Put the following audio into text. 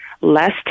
less